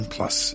Plus